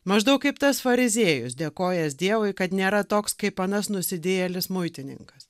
maždaug kaip tas fariziejus dėkojęs dievui kad nėra toks kaip anas nusidėjėlis muitininkas